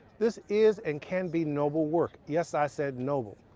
this is and can be noble work. yes, i said noble.